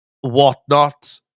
whatnot